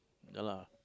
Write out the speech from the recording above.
ya lah